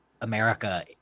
America